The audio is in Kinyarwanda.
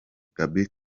gaby